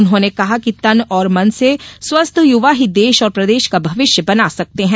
उन्होंने कहा कि तन और मन से स्वस्थ युवा ही देश और प्रदेश का भविष्य बना सकते हैं